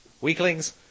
Weaklings